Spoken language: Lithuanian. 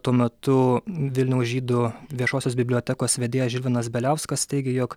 tuo metu vilniaus žydų viešosios bibliotekos vedėjas žilvinas beliauskas teigė jog